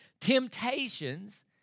Temptations